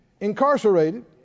incarcerated